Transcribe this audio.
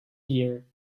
year